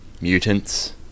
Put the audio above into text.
mutants